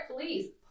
please